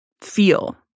feel